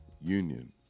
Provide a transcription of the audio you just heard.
union